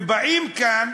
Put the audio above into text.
ובאים לכאן